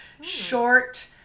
short